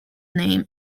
name